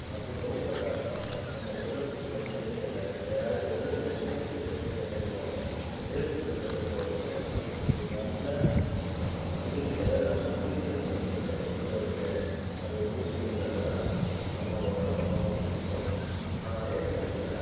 அப்படி கொண்டு வந்தால்தான் நம்ம எழுதக்கூடிய செயல்கள் எழக் எதாது எழுது ஏ நினைக்ககூடிய செயல்கள் அனைத்தும் எழுத்து வடிவில் கொண்டு வந்து ஒரு நல்ல முயற்சி அதாவது நல்ல முடிவினை நம்மளுக்கு வந்து எட்டுவதற்கு அது உதவி புரியுங்கிறது தான் நம்மளோடய நோக்கமாக இருக்கும் அதே சமயத்தில்